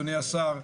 אדוני השר,